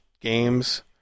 games